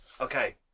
Okay